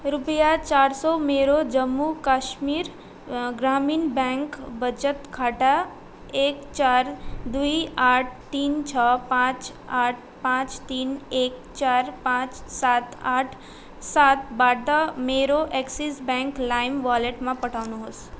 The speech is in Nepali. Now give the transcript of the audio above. रुपियाँ चार सौ मेरो जम्मू कश्मीर ग्रामीण ब्याङ्क बचत खाता एक चार दुई आठ तिन छ पाँच आठ पाँच तिन एक चार पाँच सात आठ सातबाट मेरो एक्सिस ब्याङ्क लाइम वालेटमा पठाउनुहोस्